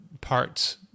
parts